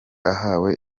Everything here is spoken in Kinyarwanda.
ahawe